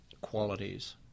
qualities